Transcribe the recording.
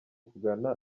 kugana